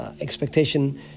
expectation